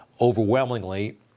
overwhelmingly